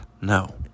no